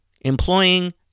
employing